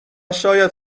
شاید